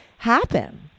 happen